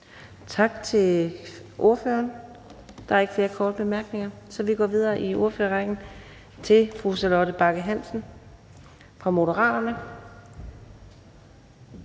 Tak til ordføreren. Der er ikke nogen korte bemærkninger, så vi går videre i ordførerrækken til hr. Carsten Bach, Liberal Alliance.